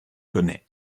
connaît